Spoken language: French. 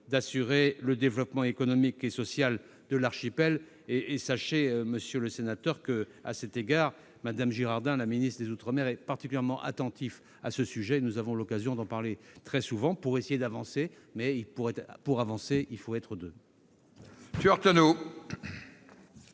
d'assurer le développement économique et social de l'archipel. Sachez, monsieur le sénateur, que Mme la ministre des outre-mer est particulièrement attentive à ce sujet. Nous avons l'occasion d'en parler très souvent pour essayer d'avancer. Mais, pour avancer, il faut être deux